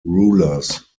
rulers